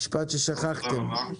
תודה רבה.